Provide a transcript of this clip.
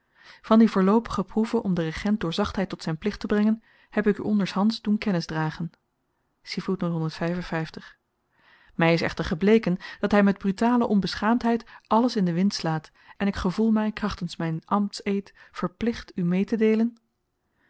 van die voorloopige proeve om den regent door zachtheid tot zyn plicht te brengen heb ik u onder'shands doen kennis dragen my is echter gebleken dat hy met brutale onbeschaamdheid alles in den wind slaat en ik gevoel my krachtens myn ambtseed verplicht u meetedeelen dat